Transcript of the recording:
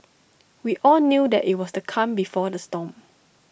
we all knew that IT was the calm before the storm